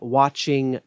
watching